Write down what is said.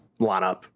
lineup